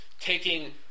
taking